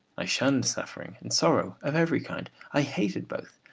i shunned suffering and sorrow of every kind. i hated both.